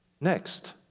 Next